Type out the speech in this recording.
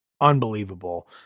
unbelievable